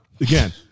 again